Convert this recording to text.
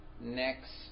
next